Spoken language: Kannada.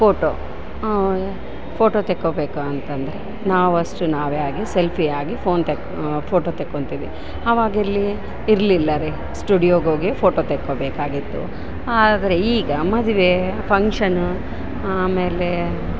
ಫೋಟೋ ಫೋಟೋ ತೆಕ್ಕೊಬೇಕು ಅಂತಂದರೆ ನಾವಷ್ಟು ನಾವೇ ಆಗಿ ಸೆಲ್ಫಿಯಾಗಿ ಫೋನ್ ತೆಕ್ ಫೋಟೋ ತೆಕ್ಕೊಳ್ತೀವಿ ಆವಾಗಿರಲಿ ಇರ್ಲಿಲ್ಲಾರೆ ಸ್ಟುಡಿಯೋಗೋಗಿ ಫೋಟೋ ತೆಕ್ಕೊಬೇಕಾಗಿತ್ತು ಆದರೆ ಈಗ ಮದುವೆ ಫಂಕ್ಷನ್ನು ಆಮೇಲೆ